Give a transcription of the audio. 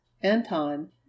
Anton